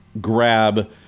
grab